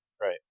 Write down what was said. Right